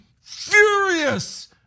furious